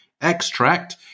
extract